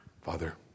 Father